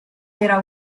era